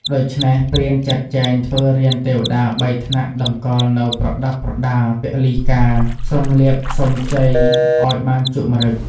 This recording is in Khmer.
ដូច្នេះ ព្រានចាត់ចែងធ្វើរានទេវតា ៣ថ្នាក់ តម្កល់នូវប្រដាប់ប្រដាពលីការ សុំលាភសុំជ័យឱ្យបានជួបម្រឹគ។